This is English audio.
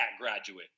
graduate